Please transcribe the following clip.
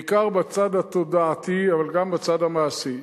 בעיקר בצד התודעתי, אבל גם בצד המעשי,